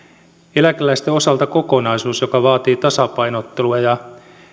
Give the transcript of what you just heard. eläkeläisten osalta kokonaisuus joka vaatii tasapainottelua ja